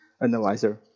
analyzer